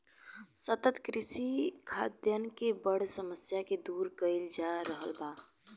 सतत कृषि खाद्यान के बड़ समस्या के दूर कइल जा रहल बा